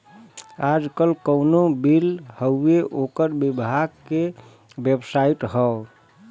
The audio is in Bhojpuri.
आजकल कउनो बिल हउवे ओकर विभाग के बेबसाइट हौ